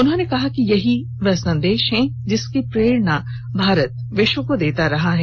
उन्होंने कहा कि यही वह संदेश है जिसकी प्रेरणा भारत विश्व को देता रहा है